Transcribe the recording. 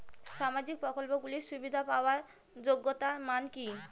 সামাজিক প্রকল্পগুলি সুবিধা পাওয়ার যোগ্যতা মান কি?